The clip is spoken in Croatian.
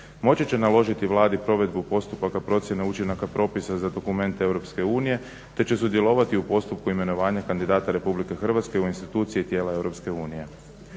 moći će naložiti Vladi provedbu postupaka procjene učinaka propisa za dokumente Europske unije te će sudjelovati u postupku imenovanja kandidata Republike Hrvatske u instituciji tijela